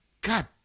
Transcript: God